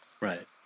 Right